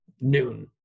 noon